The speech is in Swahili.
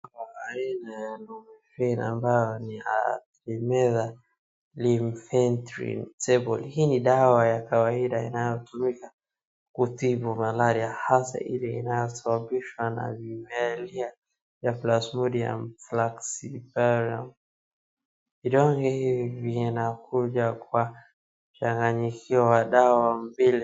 Aina ya lumefine ambayo ni artemether lumefantrine tablet . Hii ni dawa ya kawaida inayotumika kutibu malaria hasa ile inayosababishwa na vimelea ya plasmodium falciparum . Vidonge hivi vinakuja kwa mchanganyiko wa dawa mbili.